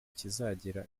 kizagira